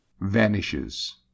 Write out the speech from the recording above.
Vanishes